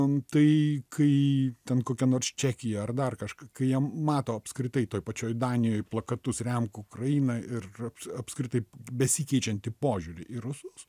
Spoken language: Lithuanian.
antai kai ten kokia nors čekija dar kažką kai jiem mato apskritai toj pačioj danijoj plakatus remk ukrainą ir apskritai besikeičiantį požiūrį į rusus